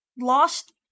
lost